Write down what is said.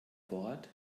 vorrat